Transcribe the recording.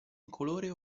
incolore